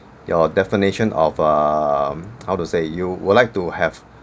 your definition of um how to say you would like to have